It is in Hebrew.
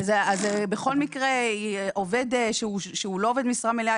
בכל מקרה עובד שהוא לא עובד משרה מלאה,